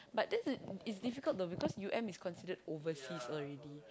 but then the it's difficult know cause U_M is considered overseas already